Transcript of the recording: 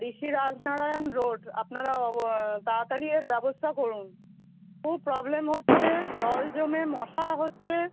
ঋষি Rajnarayan road আপনারা অব তাড়াতাড়ি এর ব্যবস্থা করুন খুব প্রব্লেম হচ্ছে জল জমে মশা হচ্ছে